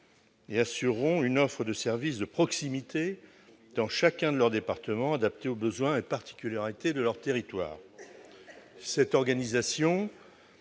et assureront une offre de services de proximité dans chaque département, adaptée aux besoins et particularités de leur territoire. L'organisation